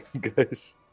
guys